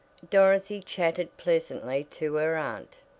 dorothy chatted pleasantly to her aunt,